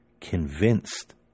convinced